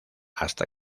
hasta